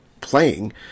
playing